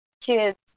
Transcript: kids